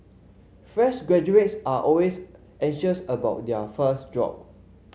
fresh graduates are always anxious about their first job